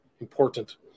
important